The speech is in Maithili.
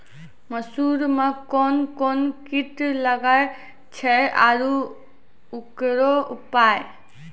मसूर मे कोन कोन कीट लागेय छैय आरु उकरो उपाय?